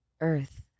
earth